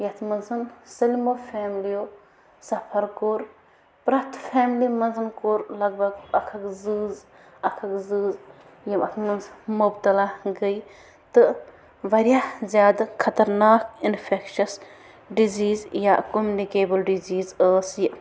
یَتھ منٛز سٲلمو فیملِیو سَفر کوٚر پرٛٮ۪تھ فیملی منٛز کوٚر لگ بگ اَکھ اَکھ زۭز اَکھ اَکھ زۭز یِم اَتھ منٛز مُبتلا گٔے تہٕ واریاہ زیادٕ خطرناک اِنفٮ۪کشَس ڈِزیٖز یا کوٚمنِکیبٕل ڈِزیٖز ٲس یہِ